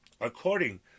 According